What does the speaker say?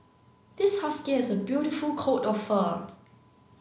this husky has a beautiful coat of fur